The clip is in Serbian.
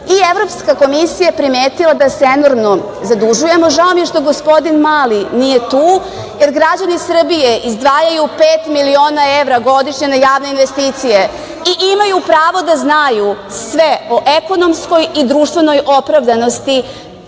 Mojsijem. Evropska komisija je primetila da se enormno zadužujemo. Žao mi je što gospodin Mali nije tu, jer građani Srbije izdvajaju pet miliona evra godišnje na javne investicije i imaju pravo da znaju sve o ekonomskoj i društvenoj opravdanosti